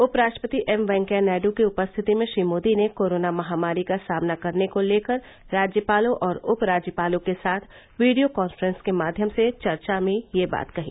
उपराष्ट्रपति की उपस्थिति में श्री मोदी ने कोरोना महामारी का सामना करने को लेकर राज्यपालों और उप राज्यपालों के साथ वीडियो कॉन्फ्रेन्स के माध्यम से चर्चा में ये बात कही